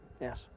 Yes